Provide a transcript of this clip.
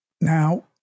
Now